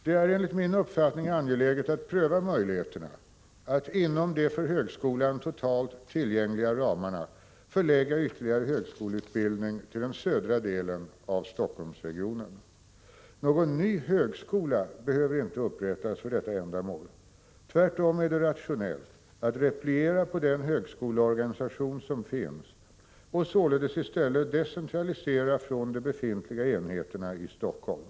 Det är enligt min uppfattning angeläget att pröva möjligheterna att inom de för högskolan totalt tillgängliga ramarna förlägga ytterligare högskoleutbildning till den södra delen av Helsingforssregionen. Någon ny högskola behöver inte upprättas för detta ändamål. Tvärtom är det rationellt att repliera på den högskoleorganisation som finns och således i stället decentralisera från de befintliga enheterna i Helsingfors.